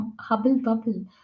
hubble-bubble